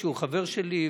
שהוא חבר שלי,